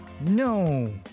No